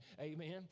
Amen